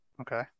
Okay